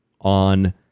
on